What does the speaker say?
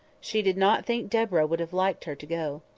she did not think deborah would have liked her to go.